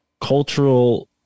cultural